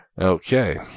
Okay